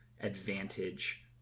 advantage